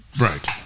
Right